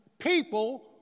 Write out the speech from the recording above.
People